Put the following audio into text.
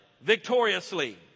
victoriously